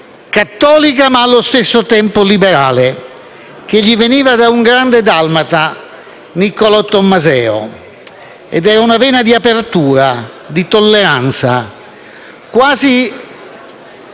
cattolica, ma allo stesso tempo liberale, che gli veniva da un grande dalmata, Niccolò Tommaseo. Una vena di apertura e tolleranza, quasi